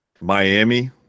Miami